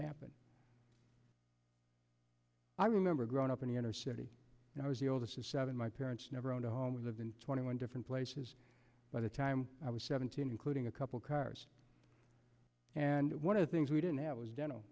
happen i remember growing up in the inner city and i was the oldest of seven my parents never owned a home within twenty one different places by the time i was seventeen including a couple cars and one of the things we didn't have was